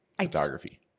photography